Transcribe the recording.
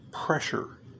pressure